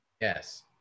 Yes